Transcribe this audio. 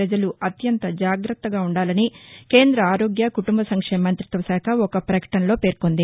పజలు అత్యంత జాగ్రత్తగా ఉండాలని కేంద్ర ఆరోగ్య కుటుంబ సంక్షేమ మంతిత్వ శాఖ ఒక పకటనలో పేర్కొంది